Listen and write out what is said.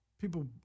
people